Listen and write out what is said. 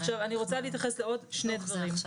אני רוצה להתייחס לעוד שני דברים.